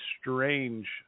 strange